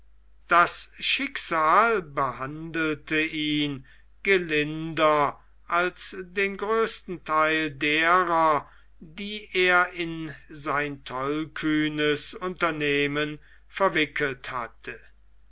das schicksal behandelte ihn gelinder als den größten theil derer die er in sein tollkühnes unternehmen verwickelt hatte